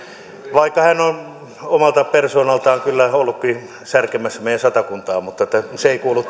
vaikka hän on omassa persoonassaan kyllä ollutkin särkemässä meidän satakuntaa mutta se ei kuulu